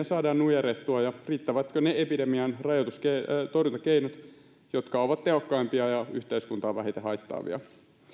saadaan nujerrettua ja riittävätkö ne epidemian torjuntakeinot jotka ovat tehokkaimpia ja yhteiskuntaa vähiten haittaavia